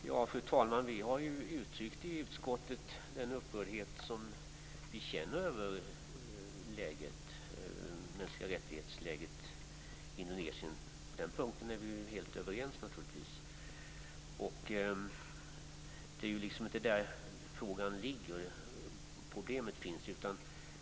Fru talman! Vi har i utskottet uttryckt den upprördhet vi känner inför läget för de mänskliga rättigheterna i Indonesien. På den punkten är vi naturligtvis helt överens. Det är inte där problemet ligger.